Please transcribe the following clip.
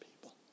people